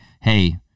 Hey